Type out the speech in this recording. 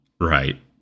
Right